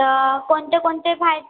तर कोणते कोणते भा